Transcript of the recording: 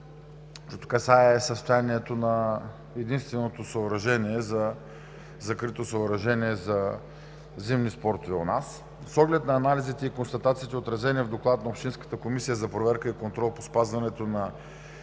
защото касае състоянието на единственото закрито съоръжение за зимни спортове у нас. С оглед анализите и констатациите, отразени в доклад на Общинската комисия за проверка и контрол по спазването на